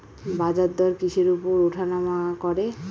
বাজারদর কিসের উপর উঠানামা করে?